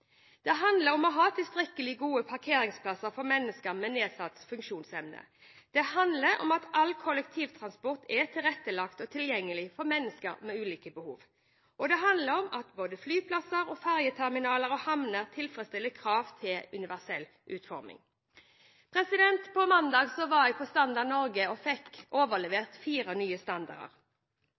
Det handler om å ha tilstrekkelig gode parkeringsplasser for mennesker med nedsatt funksjonsevne, det handler om at all kollektivtransport er tilrettelagt og tilgjengelig for mennesker med ulike behov, og det handler om at både flyplasser, ferjeterminaler og havner tilfredsstiller kravene til universell utforming. På mandag var jeg hos Standard Norge og fikk overlevert fire nye standarder.